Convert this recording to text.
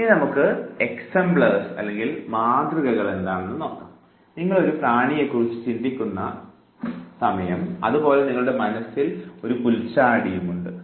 ഇനി നമുക്ക് മാതൃകകളിലേക്ക് കടക്കാം നിങ്ങൾ ഒരു പ്രാണിയെക്കുറിച്ച് ചിന്തിക്കുന്നു അതുപോലെ നിങ്ങളുടെ മനസ്സിൽ ഒരു പുൽച്ചാടിയുമുണ്ട്